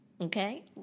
okay